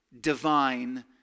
divine